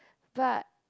but